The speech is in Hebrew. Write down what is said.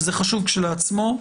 שזה חשוב כשלעצמו,